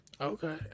Okay